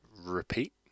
repeat